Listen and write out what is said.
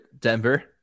Denver